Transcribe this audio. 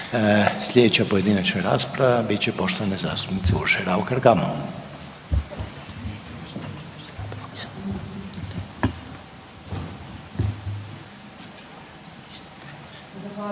Slijedeća pojedinačna rasprava bit će poštovane zastupnice Urše Raukar